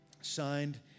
signed